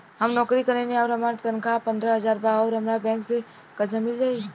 हम नौकरी करेनी आउर हमार तनख़ाह पंद्रह हज़ार बा और हमरा बैंक से कर्जा मिल जायी?